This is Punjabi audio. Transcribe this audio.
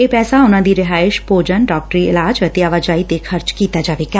ਇਹ ਪੈਸਾ ਉਨਾਂ ਦੀ ਰਿਹਾਇਸ਼ ਭੋਜਨ ਡਾਕਟਰੀ ਇਲਾਜ ਅਤੇ ਆਵਾਜਾਈ ਤੇ ਖਰਚ ਕੀਤਾ ਜਾਏਗਾ